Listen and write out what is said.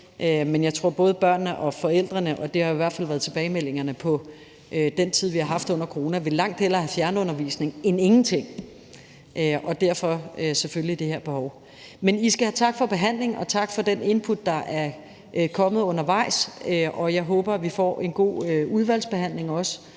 Men jeg tror, at både børnene og forældrene – det har i hvert fald været tilbagemeldingerne i den tid, vi har haft under corona – langt hellere vil have fjernundervisning end ingenting, og derfor selvfølgelig det her behov. Men I skal have tak for behandlingen, og tak for den input, der er kommet undervejs. Jeg håber, at vi får en god udvalgsbehandling også,